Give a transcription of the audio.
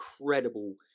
incredible